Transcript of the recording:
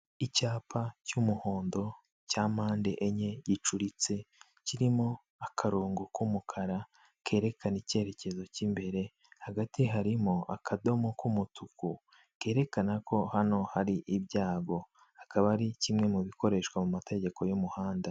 Icyapa cy'umuhondo cya mpande enye gicuritse, kirimo akarongo k'umukara kerekana icyerekezo cy'imbere. Hagati harimo akadomo k'umutuku kerekana ko hano hari ibyago, akaba ari kimwe mu bikoreshwa mu mategeko y'umuhanda.